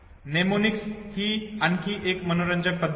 mnemonics ही आणखी एक मनोरंजक पद्धत आहे